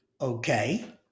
okay